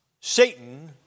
Satan